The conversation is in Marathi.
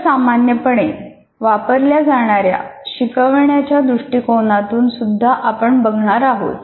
सर्वसामान्यपणे वापरल्या जाणाऱ्या शिकवण्याच्या दृष्टिकोनाकडे सुद्धा आपण बघणार आहोत